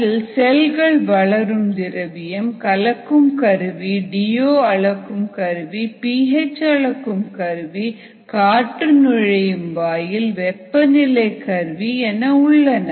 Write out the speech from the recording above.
அதில் செல்கள் வளரும் திரவியம் கலக்கும் கருவி டி ஓ அளக்கும் கருவி பிஹெச் அளக்கும் கருவி காற்று நுழையும் வாயில் வெப்பநிலை கருவி என உள்ளன